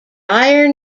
dire